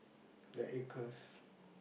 the acres